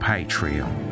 Patreon